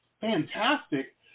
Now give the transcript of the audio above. fantastic